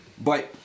Bye